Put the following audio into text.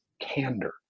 candor